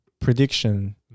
prediction